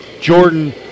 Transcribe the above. Jordan